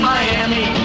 Miami